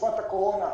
בתקופת הקורונה.